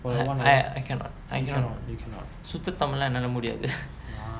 I I cannot I cannot சுத்த தமிழ்லாம் என்னால முடியாது:sutha tamillam ennaala mudiyaathu